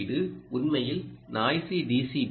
ஓ உள்ளீடு உண்மையில் noisy D